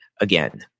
again